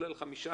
אלא ל-15%,